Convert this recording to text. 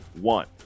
one